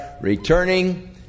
returning